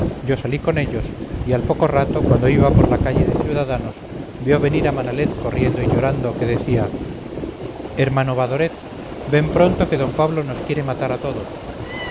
yo salí con ellos y al poco rato cuando iba por la calle de ciudadanos veo venir a manalet corriendo y llorando que decía hermano badoret ven pronto que d pablo nos quiere matar a todos